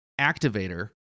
activator